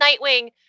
Nightwing